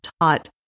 taught